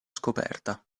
scoperta